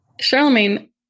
Charlemagne